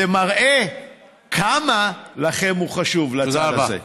זה מראה כמה הוא חשוב לכם, לצד הזה.